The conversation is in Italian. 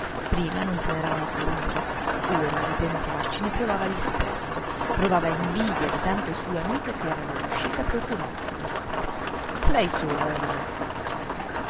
prima non se n'era mai curata ora a ripensarci ne provava dispetto provava invidia di tante sue amiche che erano riuscite a procurarsi uno stato lei sola era rimasta così